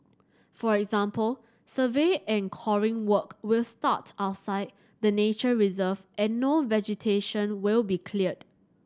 for example survey and coring work will start outside the nature reserve and no vegetation will be cleared